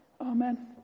Amen